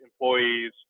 employees